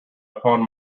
upon